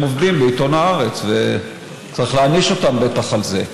עובדים בעיתון הארץ ובטח צריך להעניש אותם על זה.